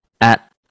at-